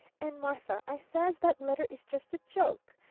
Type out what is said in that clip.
and, martha i says, that letter is just a joke.